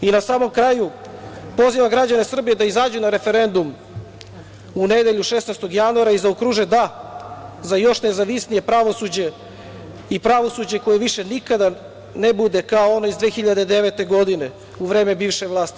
Na samom kraju, pozivam građane Srbije da izađu na referendum u nedelju, 16. januara i zaokruže "Da" za još nezavisnije pravosuđe i pravosuđe koje više nikada da ne bude kao ono iz 2009. godine u vreme bivše vlasti.